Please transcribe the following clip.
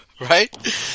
right